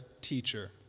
teacher